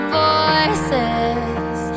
voices